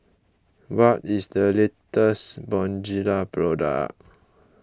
what is the latest Bonjela product